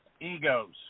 Egos